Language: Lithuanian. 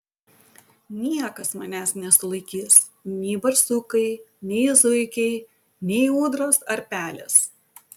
niekas manęs nesulaikys nei barsukai nei zuikiai nei ūdros ar pelės